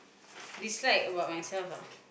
dislike about myself ah